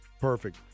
Perfect